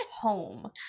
home